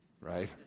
right